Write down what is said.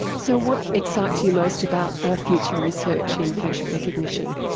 so what excites you most about ah future research in facial recognition?